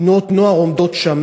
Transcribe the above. תנועות נוער עומדות שם,